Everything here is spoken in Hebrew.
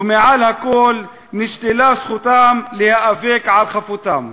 ומעל הכול נשללה זכותם להיאבק על חפותם.